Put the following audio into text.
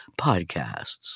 podcasts